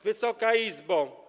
Wysoka Izbo!